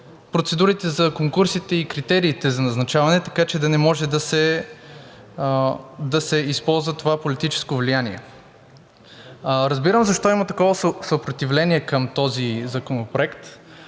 процедурите за конкурсите и критериите за назначаване, така че да не може да се използва това политическо влияние. Разбирам защо има такова съпротивление към този законопроект.